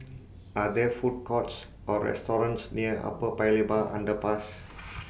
Are There Food Courts Or restaurants near Upper Paya Lebar Underpass